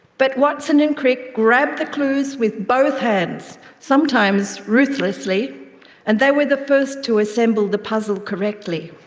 but watson and crick grabbed the clues with both hands sometimes ruthlessly and they were the first to assemble the puzzle correctly.